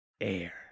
Air